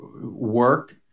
work